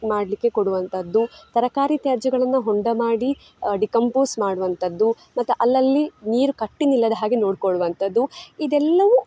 ಮಾಡಲಿಕ್ಕೆ ಕೊಡುವಂತದ್ದು ತರಕಾರಿ ತ್ಯಾಜ್ಯಗಳನ್ನು ಹೊಂಡ ಮಾಡಿ ಡಿಕಂಪೋಸ್ ಮಾಡುವಂತದ್ದು ಮತ್ತು ಅಲ್ಲಲ್ಲಿ ನೀರು ಕಟ್ಟಿ ನಿಲ್ಲದ ಹಾಗೆ ನೋಡಿಕೊಳ್ಳುವಂತದ್ದು ಇದೆಲ್ಲವು